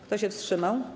Kto się wstrzymał?